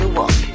walk